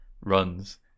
runs